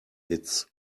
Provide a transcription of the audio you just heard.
its